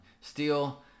Steel